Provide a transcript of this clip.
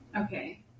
Okay